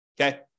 okay